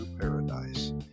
paradise